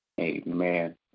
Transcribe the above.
Amen